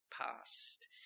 past